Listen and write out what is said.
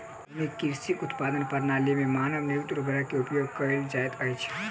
आधुनिक कृषि उत्पादनक प्रणाली में मानव निर्मित उर्वरक के उपयोग कयल जाइत अछि